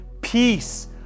peace